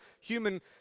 human